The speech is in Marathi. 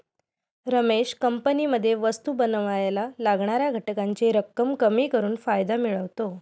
रमेश कंपनीमध्ये वस्तु बनावायला लागणाऱ्या घटकांची रक्कम कमी करून फायदा मिळवतो